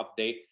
update